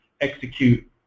execute